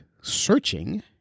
searching